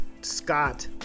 Scott